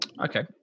Okay